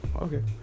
Okay